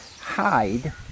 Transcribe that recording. hide